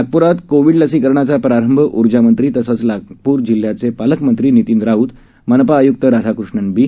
नागपूरात कोविड लसीकरणाचा प्रारंभ ऊर्जामंत्री तसंच नागपूर जिल्ह्याचे पालकमंत्री नितीन राऊत मनपा आय्क्त राधाकृष्णन बी